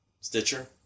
Stitcher